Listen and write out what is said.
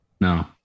No